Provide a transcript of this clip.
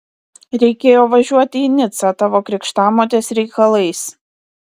reikėjo važiuoti į nicą tavo krikštamotės reikalais